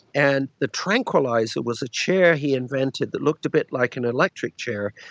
and the tranquilliser was a chair he invented that looked a bit like an electric chair.